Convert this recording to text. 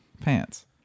pants